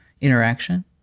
interaction